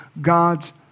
God's